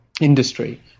industry